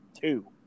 two